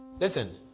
listen